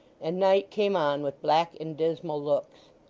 and night came on with black and dismal looks.